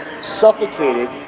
suffocated